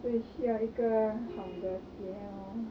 对需要一个好的鞋 lor